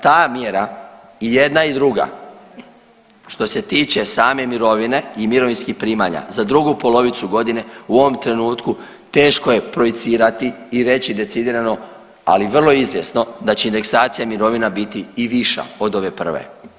Ta mjera i jedna i druga što se tiče same mirovine i mirovinskih primanja za drugu polovicu godine u ovom trenutku teško je projicirati i reći decidirano, ali vrlo izvjesno da će indeksacija mirovina biti i viša od ove prve.